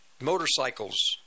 motorcycles